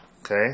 okay